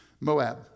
Moab